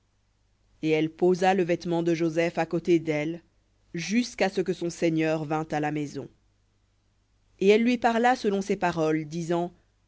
et elle posa le vêtement de joseph à côté d'elle jusqu'à ce que son seigneur vînt à la maison et elle lui parla selon ces paroles disant